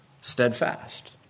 steadfast